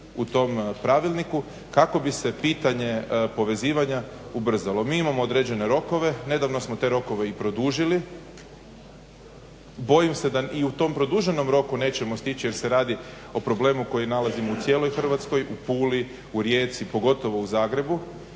u tom pravilniku kako bi se pitanje povezivanja ubrzalo. Mi imamo određene rokove. Nedavno smo te rokove i produžili. Bojim se da i u tom produženom roku nećemo stići jer se radi o problemu koji nalazimo u cijeloj Hrvatskoj, u Puli, u Rijeci, pogotovo u Zagrebu